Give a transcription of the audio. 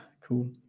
cool